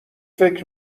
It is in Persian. فکر